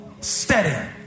steady